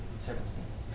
circumstances